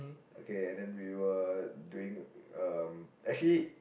okay and then we were doing um actually